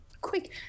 quick